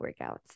workouts